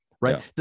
Right